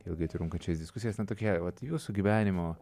ilgai trunkančias diskusijas na tokia vat jūsų gyvenimo